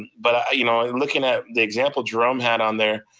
but ah you know looking at the example jerome had on there,